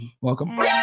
welcome